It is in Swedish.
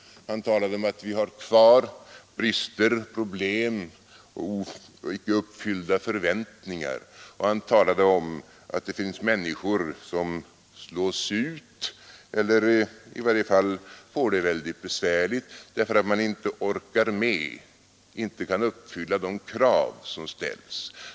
Han talade om att vi har kvar brister, problem och icke uppfyllda förväntningar, och han talade om att det finns människor som slås ut eller i varje fall får det väldigt besvärligt därför att de inte orkar med, inte kan uppfylla de krav som ställs.